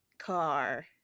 car